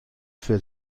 für